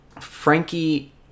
Frankie